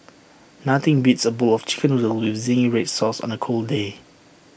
nothing beats A bowl of Chicken Noodles with Zingy Red Sauce on A cold day